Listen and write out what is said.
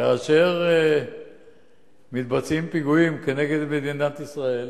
כאשר מתבצעים פיגועים כנגד מדינת ישראל,